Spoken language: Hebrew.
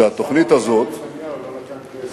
שר האוצר נתניהו לא נתן כסף.